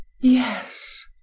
yes